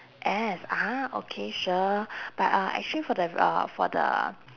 S ah okay sure but uh actually for v~ uh for the